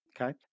Okay